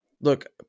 look